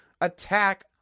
attack